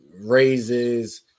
raises